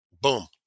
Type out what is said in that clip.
boom